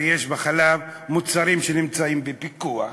הרי יש בענף החלב מוצרים שנמצאים בפיקוח,